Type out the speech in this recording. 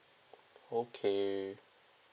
okay